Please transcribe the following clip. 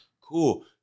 Cool